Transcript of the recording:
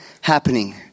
happening